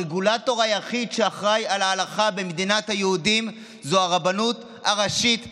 הרגולטור היחיד שאחראי להלכה במדינת היהודים זה הרבנות הראשית לישראל.